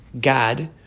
God